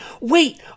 wait